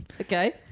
Okay